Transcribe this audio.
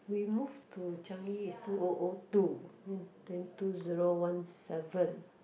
we move to Changi is two oh oh two then two zero one seven